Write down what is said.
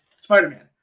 spider-man